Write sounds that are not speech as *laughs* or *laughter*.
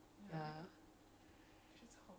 give the full burn T_V satu *laughs*